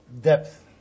depth